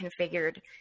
configured